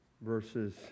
verses